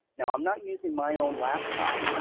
you know i'm not using my own laptop.